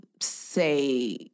say